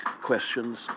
questions